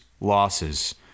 losses